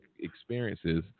experiences